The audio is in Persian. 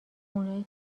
اونایی